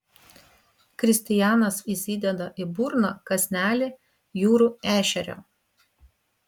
kristijanas įsideda į burną kąsnelį jūrų ešerio